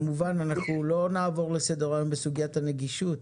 אנחנו כמובן לא נעבור לסדר היום בסוגיית הנגישות.